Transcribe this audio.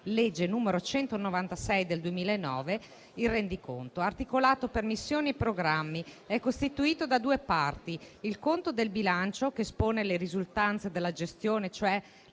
(legge n. 196 del 2009). Il rendiconto, articolato per missioni e programmi, è costituito da due parti: il conto del bilancio, che espone le risultanze della gestione, cioè